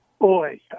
Boy